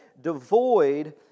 devoid